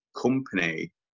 company